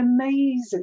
amazing